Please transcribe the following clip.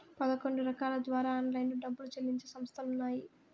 పదకొండు రకాల ద్వారా ఆన్లైన్లో డబ్బులు చెల్లించే సంస్థలు ఉన్నాయి